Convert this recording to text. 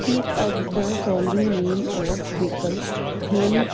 speak out the following name of vehicle hint